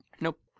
Nope